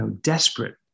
desperate